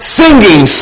singing